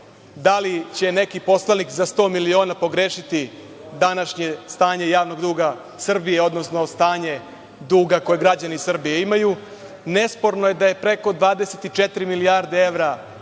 da li će neki poslanik za sto miliona pogrešiti današnje stanje javnog duga Srbije, odnosno stanje duga koji građani Srbije imaju, nesporno je da je preko 24 milijardi evra